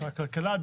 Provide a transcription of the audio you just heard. משרד הכלכלה,